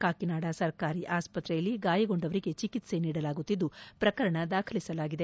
ಕಾಕಿನಾಡ ಸರ್ಕಾರಿ ಆಸ್ಪತ್ರೆಯಲ್ಲಿ ಗಾಯಗೊಂಡವರಿಗೆ ಚಿಕಿತ್ಸೆ ನೀಡಲಾಗುತ್ತಿದ್ದು ಪ್ರಕರಣ ದಾಖಲಿಸಲಾಗಿದೆ